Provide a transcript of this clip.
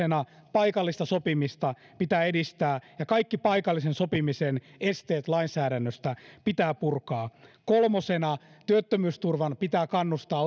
paikallista sopimista pitää edistää ja kaikki paikallisen sopimisen esteet lainsäädännöstä pitää purkaa kolme työttömyysturvan pitää kannustaa